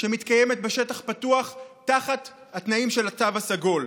שמתקיימת בשטח פתוח תחת התנאים של התו הסגול?